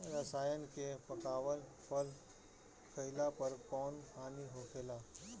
रसायन से पकावल फल खइला पर कौन हानि होखेला?